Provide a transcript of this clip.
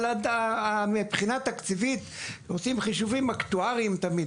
אבל מבחינה תקציבית עושים חישובים אקטואריים תמיד